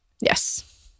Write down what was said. Yes